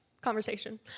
conversation